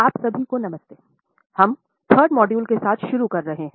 आप सभी को नमस्ते हम 3 मॉड्यूल के साथ शुरू कर रहे हैं